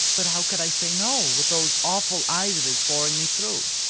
but how could i say no! with those awful eyes of his boring me through?